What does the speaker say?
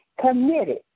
committed